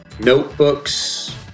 Notebooks